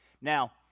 Now